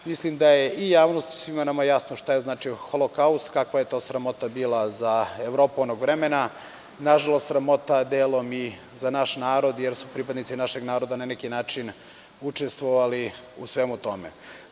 Mislim da je i javnosti i svima nama jasno šta je značio Holokaust i kakva je to sramota bila za Evropu onog vremena, ali nažalost sramota delom i za naš narod, jer su pripadnici našeg naroda na neki način učestvovali u svemu tome.